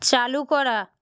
চালু করা